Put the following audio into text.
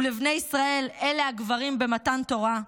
ו"לבני ישראל" אלה הגברים במתן תורה,